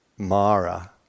Mara